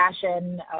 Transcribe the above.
fashion